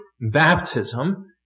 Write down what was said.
baptism